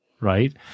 right